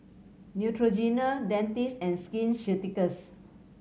Neutrogena Dentiste and Skin Ceuticals